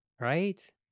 Right